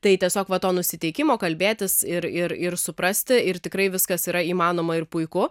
tai tiesiog va to nusiteikimo kalbėtis ir ir ir suprasti ir tikrai viskas yra įmanoma ir puiku